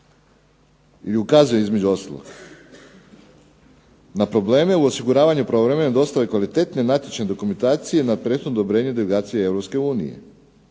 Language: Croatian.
ukazuje između ostalog, na probleme u osiguravanju pravovremene dostave kvalitetnije natječajne dokumentacije na prethodno odobrenje delegacije EU.